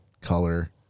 color